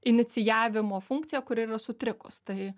inicijavimo funkciją kuri yra sutrikus tai